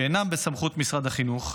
שאינם בסמכות משרד החינוך,